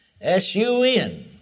S-U-N